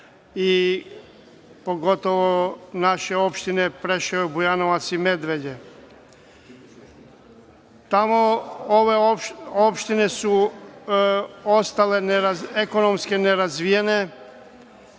pogotovo u naše opštine Preševo, Bujanovac i Medveđu? Tamo su ove opštine ostale ekonomski nerazvijene,